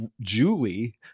Julie